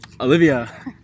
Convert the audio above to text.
Olivia